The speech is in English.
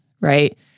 right